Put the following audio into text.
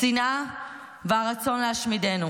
השנאה והרצון להשמידנו,